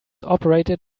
operated